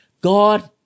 God